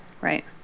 Right